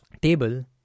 table